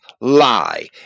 lie